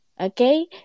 okay